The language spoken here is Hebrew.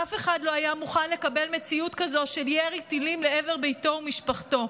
אף אחד לא היה מוכן לקבל מציאות כזאת של ירי טילים לעבר ביתו ומשפחתו.